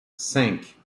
cinq